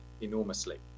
enormously